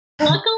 Luckily